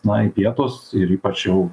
na į pietus ir ypač jau